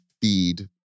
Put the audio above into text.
feed